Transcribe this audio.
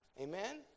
Amen